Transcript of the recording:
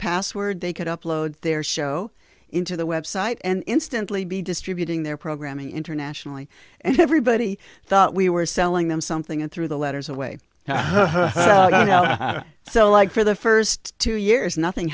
password they could upload their show into the website and instantly be distributing their programming internationally and everybody thought we were selling them something and threw the letters away so like for the first two years nothing